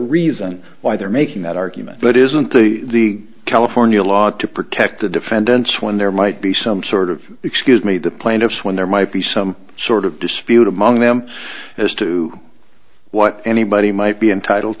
reason why they're making that argument but isn't the california law to protect the defendants when there might be some sort of excuse me the plaintiffs when there might be some sort of dispute among them as to what anybody might be entitled